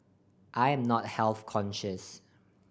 I am not health conscious